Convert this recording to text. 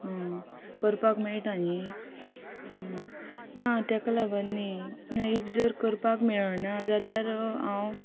आं करपाक मेळटा न्ही आं ना ताका लागून न्ही ना इफ जर करपाक मेळना जाल्यार हांव